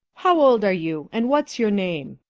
how old are you and what's your name?